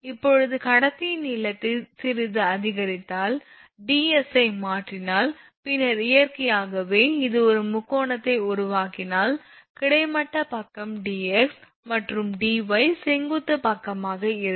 இப்போது கடத்தியின் நீளத்தை சிறிது அதிகரித்தால் ds ஐ மாற்றினால் பின்னர் இயற்கையாகவே இது ஒரு முக்கோணத்தை உருவாக்கினால் கிடைமட்டப் பக்கம் dx மற்றும் dy செங்குத்து பக்கமாக இருக்கும்